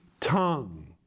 tongue